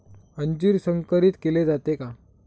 अंजीर संकरित केले जाते का?